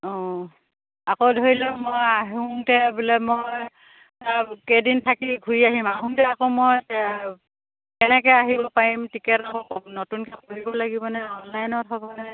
অঁ আকৌ ধৰি লওক মই আহোতে বোলে মই কেইদিন থাকি ঘূৰি আহিম আহোতে আকৌ মই কে কেনেকৈ আহিব পাৰিম টিকেট আকৌ নতুনকৈ কৰিব লাগিবনে অনলাইনত হ'বনে